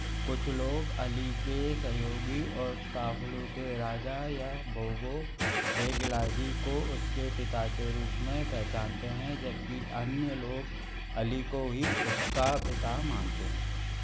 कुछ लोग अली के सहयोगी और खापलू के राजा याबगो शे गिलाज़ी को उसके पिता के रूप में पहचानते हैं जब कि अन्य लोग अली को ही उसका पिता मानते हैं